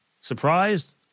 Surprised